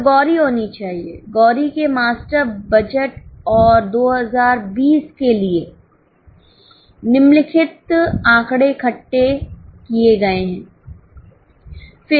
यह गौरी होनी चाहिए गौरी के मास्टर बजट और 2020 के लिए निम्नलिखित आंकड़े इकट्ठे किए गए हैं